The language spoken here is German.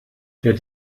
der